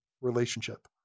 relationship